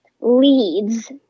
leads